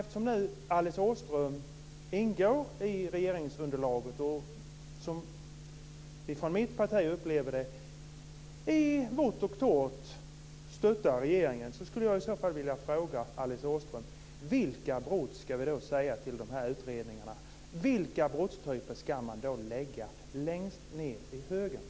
Eftersom Alice Åström nu ingår i regeringsunderlaget och, som vi från mitt parti upplever det, i vått och torrt stöttar regeringen skulle jag vilja ställa en fråga till henne. Vilka brottstyper ska vi säga till utredarna att man ska lägga längst ned i högen?